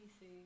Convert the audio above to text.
see